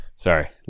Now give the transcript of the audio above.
Sorry